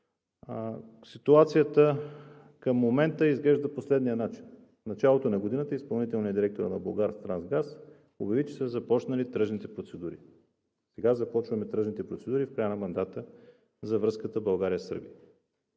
Ситуацията към момента изглежда по следния начин: в началото на годината изпълнителният директор на „Булгартрансгаз“ обяви, че са започнали тръжните процедури. Сега започваме тръжните процедури – в края на мандата, за връзката България – Сърбия.